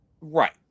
Right